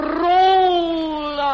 roll